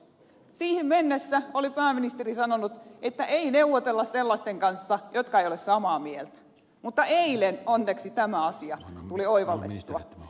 siihen mennessä oli pääministeri sanonut että ei neuvotella sellaisten kanssa jotka eivät ole samaa mieltä mutta eilen onneksi tämä asia tuli oivallettua